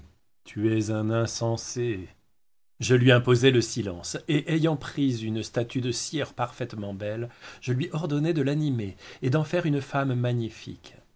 tu es un insensé je lui imposai silence et ayant pris une statue de cire parfaitement belle je lui ordonnai de l'animer et d'en faire une femme magnifique